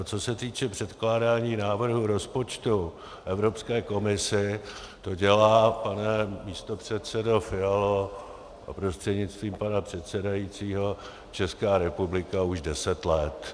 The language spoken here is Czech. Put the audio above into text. Co se týče předkládání návrhu rozpočtu Evropské komisi, to dělá, pane místopředsedo Fialo prostřednictvím pana předsedajícího, Česká republika už deset let.